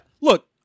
look